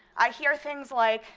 i hear things like,